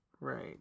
Right